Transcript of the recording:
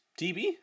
TV